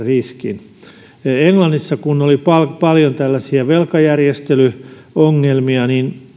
riskin englannissa kun oli paljon velkajärjestelyongelmia